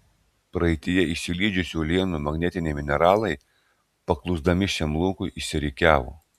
praeityje išsilydžiusių uolienų magnetiniai mineralai paklusdami šiam laukui išsirikiavo